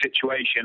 situation